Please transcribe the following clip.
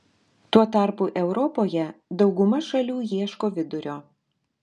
tuo tarpu europoje dauguma šalių ieško vidurio